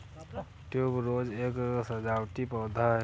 tuberose एक सजावटी पौधा है